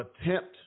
attempt